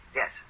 yes